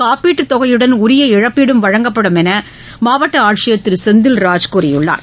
காப்பீட்டு தொகையுடன் உரிய இழப்பீடும் வழங்கப்படும் என மாவட்ட ஆட்சியர் திரு செந்தில்ராஜ் கூறியுள்ளார்